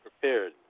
prepared